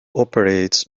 operates